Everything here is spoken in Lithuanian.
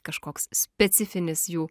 kažkoks specifinis jų